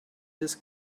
his